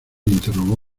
interrogó